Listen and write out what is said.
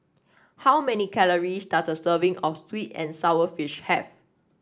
how many calories does a serving of sweet and sour fish have